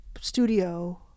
studio